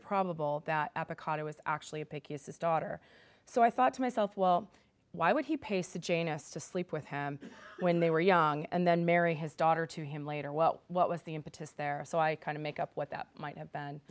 probable that epic otto is actually a pick is his daughter so i thought to myself well why would he pay said jane s to sleep with him when they were young and then marry his daughter to him later well what was the impetus there so i kind of make up what that might have been